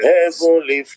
Heavenly